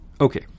Okay